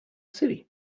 city